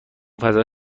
فضای